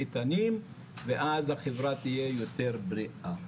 איתנים ואז החברה תהיה יותר בריאה,